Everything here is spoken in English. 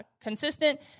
consistent